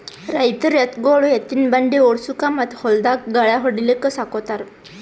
ರೈತರ್ ಎತ್ತ್ಗೊಳು ಎತ್ತಿನ್ ಬಂಡಿ ಓಡ್ಸುಕಾ ಮತ್ತ್ ಹೊಲ್ದಾಗ್ ಗಳ್ಯಾ ಹೊಡ್ಲಿಕ್ ಸಾಕೋತಾರ್